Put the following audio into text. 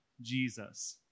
Jesus